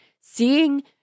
seeing